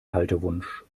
haltewunsch